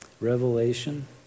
revelation